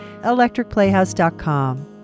Electricplayhouse.com